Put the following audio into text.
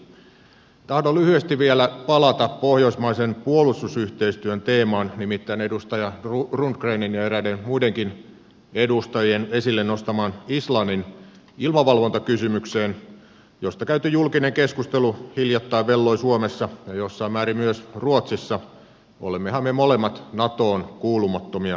tahdon lyhyesti vielä palata pohjoismaisen puolustusyhteistyön teemaan nimittäin edustaja rundgrenin ja eräiden muidenkin edustajien esille nostamaan islannin ilmavalvontakysymykseen josta käyty julkinen keskustelu hiljattain velloi suomessa ja jossain määrin myös ruotsissa olemmehan me molemmat natoon kuulumattomia liittoutumattomia maita